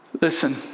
Listen